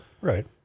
right